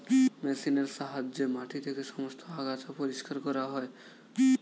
মেশিনের সাহায্যে মাটি থেকে সমস্ত আগাছা পরিষ্কার করা হয়